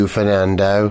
Fernando